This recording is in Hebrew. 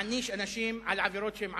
מעניש אנשים על עבירות שהם עשו,